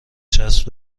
چسب